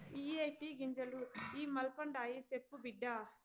ఇయ్యే టీ గింజలు ఇ మల్పండాయి, సెప్పు బిడ్డా